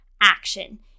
action